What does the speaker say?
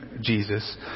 Jesus